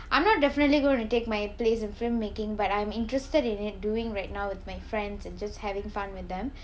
I'm not definitely gonna take my place in film making but I'm interested in it doing right now with my friends and just having fun with them